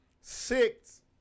Six